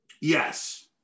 Yes